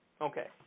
Okay